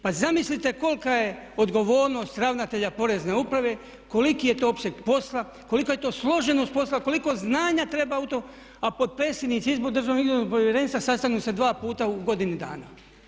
Pa zamislite kolika je odgovornost ravnatelja Porezne uprave, koliki je to opseg posla, koliko je to složenost posla, koliko znanja treba u to, a potpredsjednici Državnog izbornog povjerenstva sastanu se dva puta u godini dana.